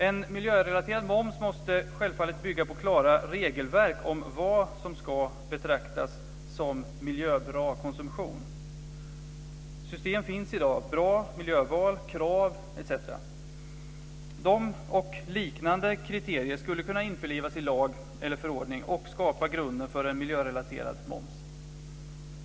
En miljörelaterad moms måste självfallet bygga på klara regelverk om vad som ska betraktas som miljöbra konsumtion. System finns i dag - Bra miljöval, Krav, etc. De och liknande kriterier skulle kunna införlivas i lag eller förordning och skapa grunden för en miljörelaterad moms.